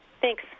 Thanks